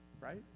right